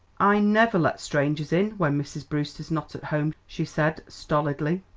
i never let strangers in when mrs. brewster's not at home, she said stolidly.